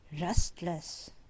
restless